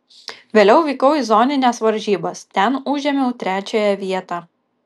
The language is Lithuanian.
vėliau vykau į zonines varžybas ten užėmiau trečiąją vietą